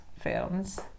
films